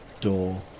door